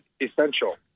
essential